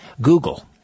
Google